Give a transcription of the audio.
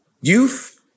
youth